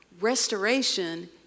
Restoration